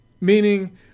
Meaning